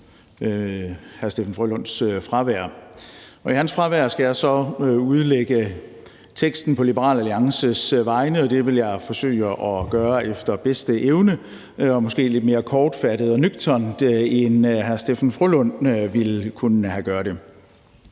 hr. Steffen W. Frølunds fravær. I hans fravær skal jeg så udlægge teksten på Liberal Alliances vegne, og det vil jeg forsøge at gøre efter bedste evne og måske lidt mere kortfattet og nøgternt, end hr. Steffen W. Frølund ville kunne gøre det.